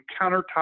countertop